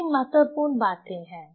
यही महत्वपूर्ण बातें हैं